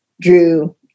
drew